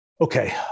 Okay